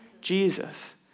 Jesus